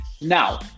now